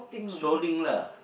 strolling lah